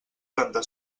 tanta